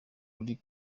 buri